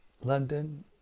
London